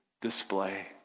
display